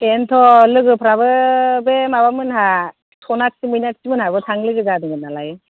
बेनथ' लोगोफ्राबो बे माबा मोनहा सनिथि मैनाथि मोनहाबो थांनो लोगो जादोंमोन नालाय